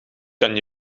kan